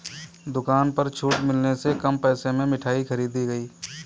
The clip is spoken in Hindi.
दुकान पर छूट मिलने से कम पैसे में मिठाई खरीदी गई